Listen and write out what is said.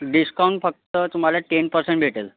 discount फक्त तुम्हाला ten percent भेटेल